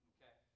Okay